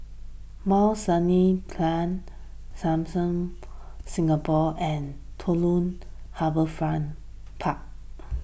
Mount Sinai Plain Lam Soon Singapore and Jelutung Harbour France Park